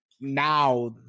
now